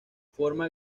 forma